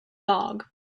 dog